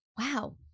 Wow